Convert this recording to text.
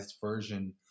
version